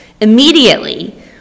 Immediately